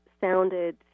sounded